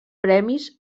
premis